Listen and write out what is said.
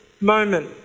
moment